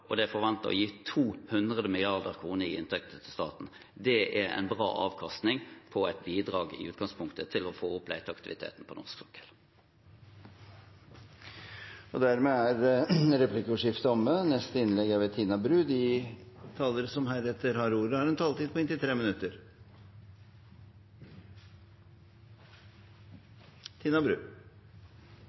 og det er forventet å gi 200 mrd. kr i inntekter til staten. Det er en bra avkastning på et bidrag til – i utgangspunktet – å få opp leteaktiviteten på norsk sokkel. Dermed er replikkordskiftet omme. De talere som heretter får ordet, har en taletid på inntil 3 minutter.